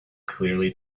clearly